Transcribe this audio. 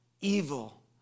evil